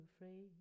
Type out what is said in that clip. afraid